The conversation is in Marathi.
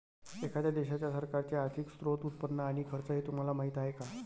एखाद्या देशाच्या सरकारचे आर्थिक स्त्रोत, उत्पन्न आणि खर्च हे तुम्हाला माहीत आहे का